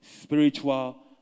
Spiritual